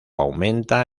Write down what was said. aumenta